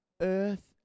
earth